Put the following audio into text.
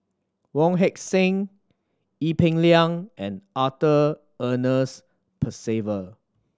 Wong Heck Sing Ee Peng Liang and Arthur Ernest Percival